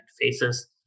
faces